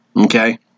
Okay